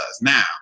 Now